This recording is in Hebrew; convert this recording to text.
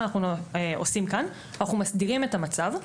כאן אנחנו מסדירים את המצב,